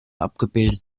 abgebildet